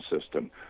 system